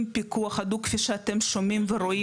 פיקוח הדוק כפי שאתם שומעים ורואים,